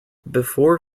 before